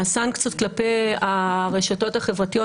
הסנקציות כלפי הרשתות החברתיות,